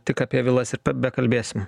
tik apie vilas ir bekalbėsim